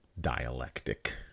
dialectic